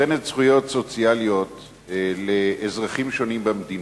זכויות סוציאליות לאזרחים במדינה.